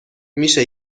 میشه